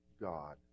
God